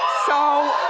so